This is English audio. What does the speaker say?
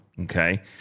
Okay